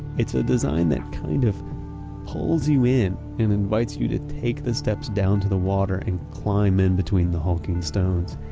it's a design that kind of pulls you in and invites you to take the steps down to the water and climb in between the hulking stones.